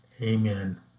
Amen